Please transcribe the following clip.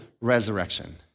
resurrection